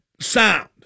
sound